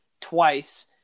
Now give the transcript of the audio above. twice